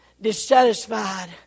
dissatisfied